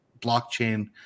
blockchain